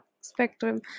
Spectrum